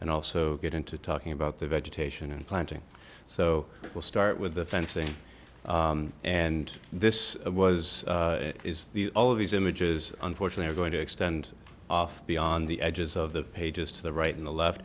and also get into talking about the vegetation and planting so we'll start with the fencing and this was is the all of these images unfortunately are going to extend off beyond the edges of the pages to the right and the left